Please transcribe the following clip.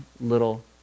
little